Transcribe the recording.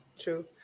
true